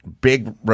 big